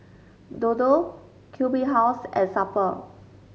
Dodo Q B House and Super